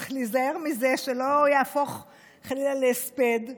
צריך להיזהר מזה, שלא יהפוך חלילה להספד.